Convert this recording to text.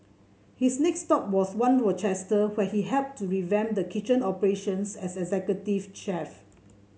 his next stop was One Rochester where he helped to revamp the kitchen operations as executive chef